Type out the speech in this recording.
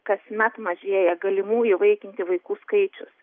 kasmet mažėja galimų įvaikinti vaikų skaičius